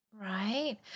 Right